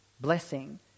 Blessing